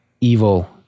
evil